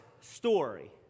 story